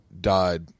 died